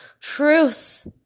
Truth